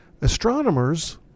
Astronomers